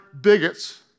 bigots